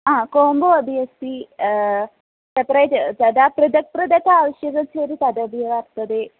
हा कोम्बो अपि अस्ति सपरेट् तदा पृथक् पृथक् आवश्यकं चेरिति तदपि वर्तते